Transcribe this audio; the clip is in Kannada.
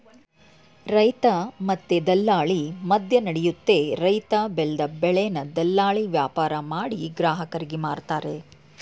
ರೈತ ಮತ್ತೆ ದಲ್ಲಾಳಿ ಮದ್ಯನಡಿಯುತ್ತೆ ರೈತ ಬೆಲ್ದ್ ಬೆಳೆನ ದಲ್ಲಾಳಿ ವ್ಯಾಪಾರಮಾಡಿ ಗ್ರಾಹಕರಿಗೆ ಮಾರ್ತರೆ